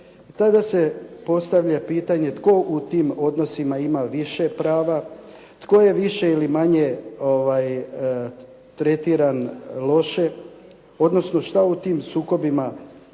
Tada se postavlja pitanje tko u tim odnosima ima više prava, tko je više ili manje tretiran loše odnosno šta u tim sukobima, kako